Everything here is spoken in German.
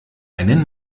einen